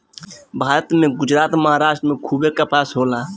भारत में गुजरात, महाराष्ट्र में खूबे कपास होला